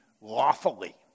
lawfully